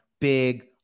big